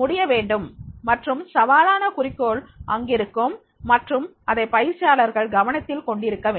முடிய வேண்டும் மற்றும் சவாலான குறிக்கோள் அங்கிருக்கும் மற்றும் அதை பயிற்சியாளர்கள் கவனத்தில் கொண்டிருக்க வேண்டும்